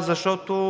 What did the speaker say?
защото